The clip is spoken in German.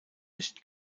nicht